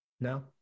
no